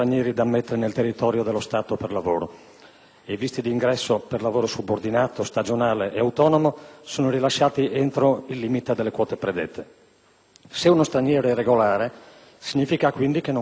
i visti d'ingresso per lavoro subordinato, stagionale e autonomo sono rilasciati entro il limite delle quote predette. Se uno straniero è irregolare significa quindi che non ha seguito la procedura stabilita dallo Stato